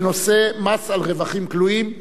בנושא: מס על רווחים כלואים.